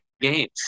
games